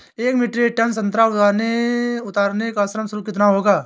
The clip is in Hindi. एक मीट्रिक टन संतरा उतारने का श्रम शुल्क कितना होगा?